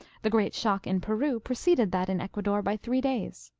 the great shock in peru preceded that in ecuador by three days.